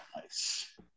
nice